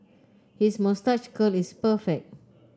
his moustache curl is perfect